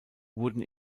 wurden